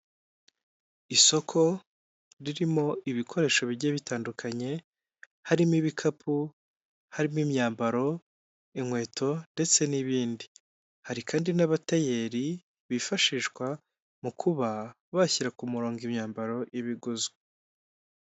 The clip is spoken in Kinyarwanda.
Isoko ririmo ibikoresho bigiye bitandukanye harimo ibikapu, harimo imyambaro, inkweto ndetse n'ibindi, hari kandi n'abatayeri bifashishwa mu kuba bashyira ku murongo imyambaro iba ibiguzwe.